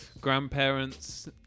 grandparents